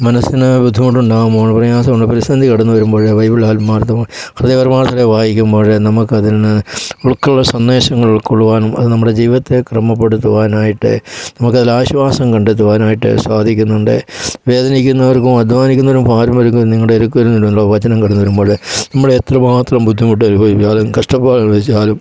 മനസ്സിന് ബുന്ധിമുട്ടുണ്ടാകുമ്പോൾ പ്രയസമുള്ള പ്രതിസന്ധി കടന്നു വരുമ്പോൾ ബൈബിളിൽ ആത്മർഥമായി ഹൃദകരമായിട്ട് വായിക്കുമ്പോൾ നമുക്ക് അതിൽ നിന്ന് ഉൾക്കൊണ്ട് സന്ദേശങ്ങൾ ഉൾക്കൊള്ളുവാനും അത് നമ്മുടെ ജീവിതത്തെ ക്രമപ്പെടുത്തുവാനുമായിട്ട് നമുക്ക് അതിൽ ആശ്വാസം കണ്ടെത്തുവാനായിട്ട് സാധിക്കുന്നുണ്ട് വേദനിക്കുന്നവർക്കും അദ്ധ്വാനിക്കുന്നവരും നിങ്ങളുടെ അടുത്തേയ്ക്ക് വരുന്നുണ്ട് വചനം കടന്നു വരുമ്പോൾ നമ്മളെ എത്ര മാത്രം ബുന്ധിമുട്ട് അനുഭവിച്ചാലും കഷ്ടപ്പാട് അനുഭവിച്ചാലും